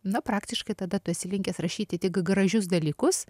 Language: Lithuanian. na praktiškai tada tu esi linkęs rašyti tik gražius dalykus